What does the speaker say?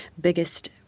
biggest